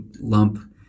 lump